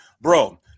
bro